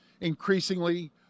Increasingly